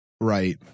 Right